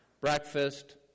Breakfast